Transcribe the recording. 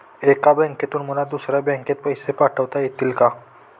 एका बँकेतून मला दुसऱ्या बँकेत पैसे पाठवता येतील का?